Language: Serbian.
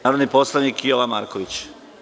Narodni poslanik, Jovan Marković.